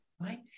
Right